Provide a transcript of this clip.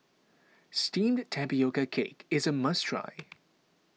Steamed Tapioca Cake is a must try